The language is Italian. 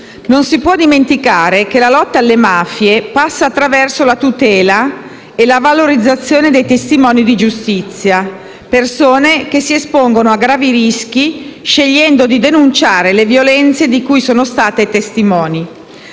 «Non si può dimenticare che la lotta alle mafie passa attraverso la tutela e la valorizzazione dei testimoni di giustizia, persone che si espongono a gravi rischi scegliendo di denunciare le violenze di cui sono state testimoni.